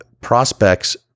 prospects